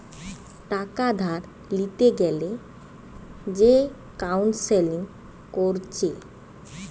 টাকা ধার লিতে গ্যালে যে কাউন্সেলিং কোরছে